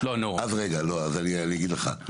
אז אני אגיד לך.